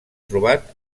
trobat